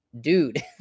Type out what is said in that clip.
dude